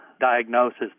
diagnosis